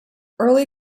early